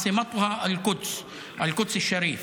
אל-קודס אל-שריף.